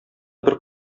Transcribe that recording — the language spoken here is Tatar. бер